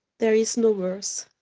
there is no worse.